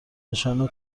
نشان